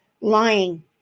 Lying